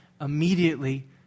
immediately